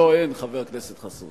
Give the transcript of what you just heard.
לא, אין, חבר הכנסת חסון.